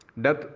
death